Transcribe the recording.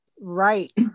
Right